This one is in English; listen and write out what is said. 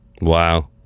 Wow